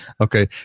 okay